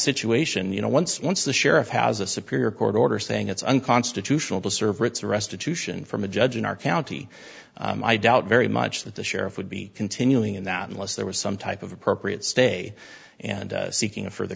situation you know once once the sheriff has a superior court order saying it's unconstitutional to serve writs restitution from a judge in our county i doubt very much that the sheriff would be continuing in that unless there was some type of appropriate stay and seeking a furthe